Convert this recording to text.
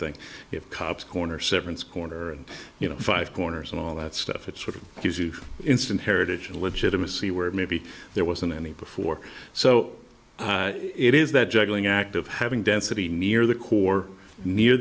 thing if cops corner severance corner and you know five corners and all that stuff it's sort of instant heritage and legitimacy where maybe there wasn't any before so it is that juggling act of having density near the core near